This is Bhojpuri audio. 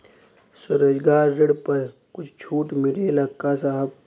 स्वरोजगार ऋण पर कुछ छूट मिलेला का साहब?